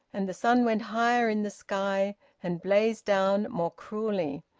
and the sun went higher in the sky and blazed down more cruelly.